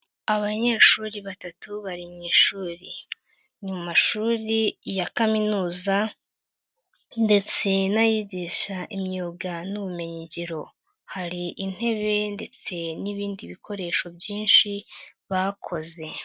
Abanyeshuri batatu bari mu ishuri. Ni mu mashuri ya kaminuza ndetse n'ayigisha imyuga n'ubumenyigiro. Hari intebe ndetse n'ibindi bikoresho byinshi bakoze.